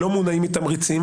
לא מונעים מתמריצים,